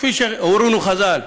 כפי שהורונו חז"ל,